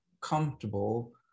comfortable